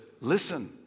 listen